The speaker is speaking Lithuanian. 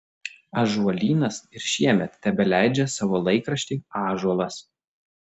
ąžuolynas ir šiemet tebeleidžia savo laikraštį ąžuolas